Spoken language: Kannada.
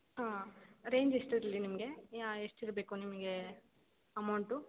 ಹಾಂ ರೇಂಜ್ ಎಷ್ಟಿರಲಿ ನಿಮಗೆ ಯಾ ಎಷ್ಟಿರಬೇಕು ನಿಮ್ಗೆ ಅಮೌಂಟು